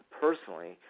personally